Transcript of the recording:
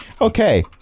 Okay